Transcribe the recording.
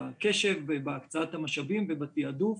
בקשב, בהקצאת המשאבים ובתעדוף